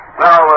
Now